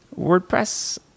WordPress